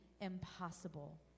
impossible